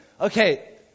Okay